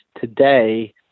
today